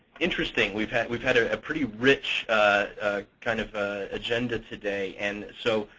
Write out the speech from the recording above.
interesting. we've had we've had a pretty rich kind of agenda today. and so,